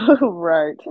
Right